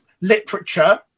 literature